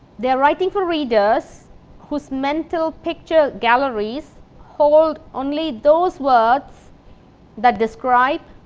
they are writing for readers whose mental picture galleries hold only those words that describe,